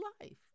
life